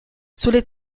sulle